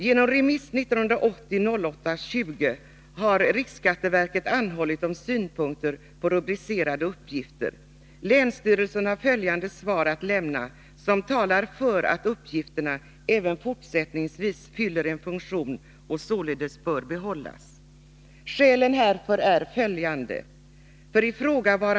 ”Genom remiss 1980-08-20, dnr 206/80-502, har RSV anhållit om synpunkter på rubricerade uppgifter. Länsstyrelsen har följande svar att lämna som talar för att uppgifterna även fortsättningsvis fyller en funktion och således bör behållas. Skälen härför är följande.